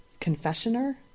Confessioner